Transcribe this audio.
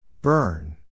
Burn